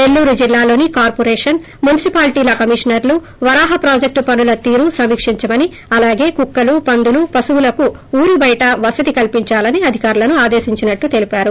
నెల్లూరు జిల్లాలోని కార్సిరేషన్ మున్సిపాలిటీల కమిషనర్లు వరాహ ప్రాజెక్టు పనుల తీరు సమీక్షించమని అలాగే కుక్కలు పందులు పశువులకు ఊరిబయట వసతి కల్సించాలని అధికారులను అదేశించినట్లు తెలిపారు